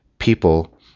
people